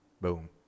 Boom